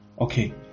Okay